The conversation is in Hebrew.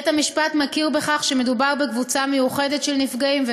בית-המשפט מכיר בכך שמדובר בקבוצה מיוחדת של נפגעים,